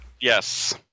Yes